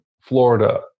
Florida